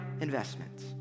investments